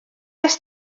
est